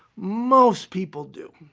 most people do.